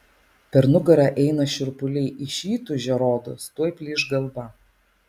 per nugarą eina šiurpuliai iš įtūžio rodos tuoj plyš galva